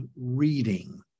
reading